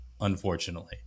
unfortunately